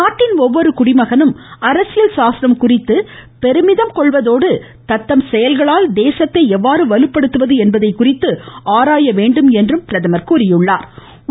நாட்டின் ஒவ்வொரு குடிமகனும் அரசியல் சாசனம் குறித்து பெருமிதம் கொள்வதோடு தத்தம் செயல்களால் தேசத்தை எவ்வாறு வலுப்படுத்துவது என்பதை குறித்தும் ஆராய வேண்டும் என்றார்